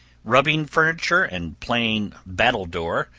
rubbing furniture and playing battle-door,